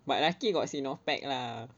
but lucky got sinopec lah